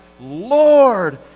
Lord